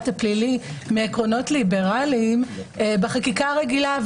הפלילי מעקרונות ליברלים בחקיקה הרגילה.